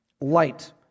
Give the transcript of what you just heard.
Light